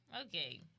Okay